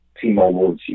T-Mobile